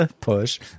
push